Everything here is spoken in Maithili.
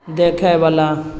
देखएवला